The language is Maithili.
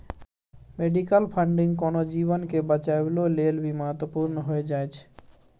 मेडिकल फंडिंग कोनो जीवन के बचाबइयो लेल भी महत्वपूर्ण हो जाइ छइ